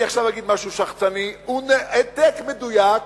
אני אגיד עכשיו משהו שחצני, הוא העתק מדויק,